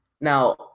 Now